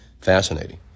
fascinating